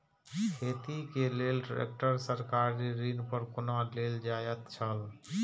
खेती के लेल ट्रेक्टर सरकारी ऋण पर कोना लेल जायत छल?